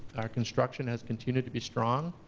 our construction has continued to be strong.